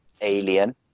alien